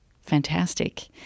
fantastic